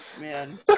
Man